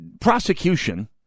prosecution